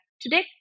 today